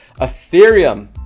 Ethereum